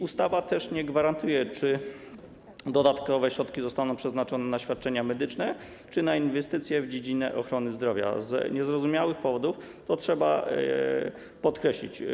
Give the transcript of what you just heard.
Ustawa nie gwarantuje też tego, czy dodatkowe środki zostaną przeznaczone na świadczenia medyczne, czy na inwestycje w dziedzinę ochrony zdrowia - z niezrozumiałych powodów, co trzeba podkreślić.